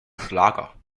schlager